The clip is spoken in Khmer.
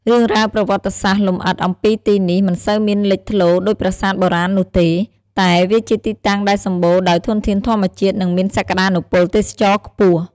រឿងរ៉ាវប្រវត្តិសាស្ត្រលម្អិតអំពីទីនេះមិនសូវមានលេចធ្លោដូចប្រាសាទបុរាណនោះទេ តែវាជាទីតាំងដែលសម្បូរដោយធនធានធម្មជាតិ និងមានសក្តានុពលទេសចរណ៍ខ្ពស់។